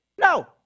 No